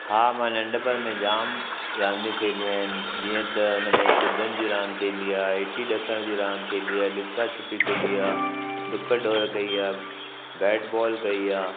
हा मां नंढपुण में जाम रांधियूं खेॾियूं आहिनि जीअं त हुन में चिदनि जी रांध खेली आहे इटी ॾकर जी रांधि खेली आहे लुका छुपी खेली आहे ॾुक ॾोरु कई आहे बैट बॉल कई आहे